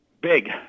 Big